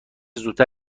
زودتر